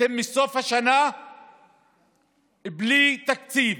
אתם מסוף השנה בלי תקציב,